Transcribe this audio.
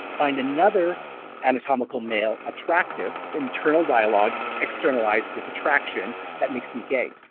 find another anatomical male attractive. internal dialogue, externalized with the traction, that makes me gay.